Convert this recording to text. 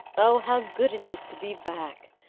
oh, how good it is to be back!